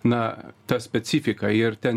na tą specifiką ir ten